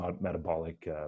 metabolic